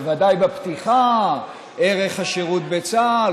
בוודאי בפתיחה: ערך השירות בצה"ל,